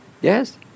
Yes